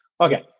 Okay